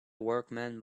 workman